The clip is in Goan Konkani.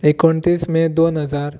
एकोणतीस मे दोन हजार